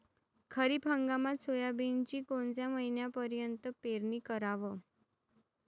खरीप हंगामात सोयाबीनची कोनच्या महिन्यापर्यंत पेरनी कराव?